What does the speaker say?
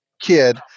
kid